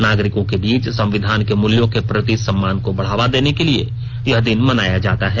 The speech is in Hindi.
नागरिकों के बीच संविधान के मूल्यों के प्रति सम्मान को बढ़ावा देने के लिए यह दिन मनाया जाता है